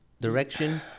direction